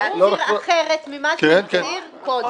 להצהיר אחרת ממה שהוא הצהיר קודם.